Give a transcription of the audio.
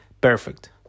perfect